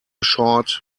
short